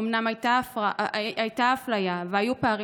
אומנם הייתה אפליה והיו פערים,